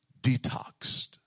detoxed